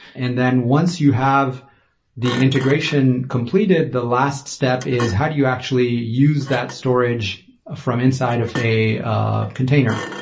and then once you have the integration completed, the last step is how do you actually use that storage from inside of a ah container?